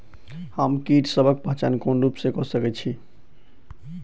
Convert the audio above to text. हम कीटसबक पहचान कोन रूप सँ क सके छी?